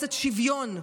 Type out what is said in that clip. רומסת שוויון,